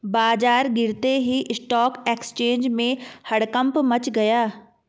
बाजार गिरते ही स्टॉक एक्सचेंज में हड़कंप मच गया